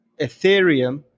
Ethereum